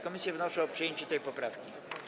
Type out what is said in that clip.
Komisje wnoszą o przyjęcie tej poprawki.